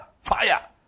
fire